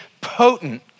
potent